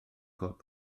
cod